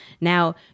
Now